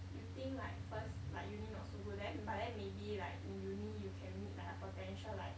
you think like first like uni not so good then but then maybe like in uni you can meet like a potential like